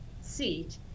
seat